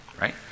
Right